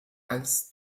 als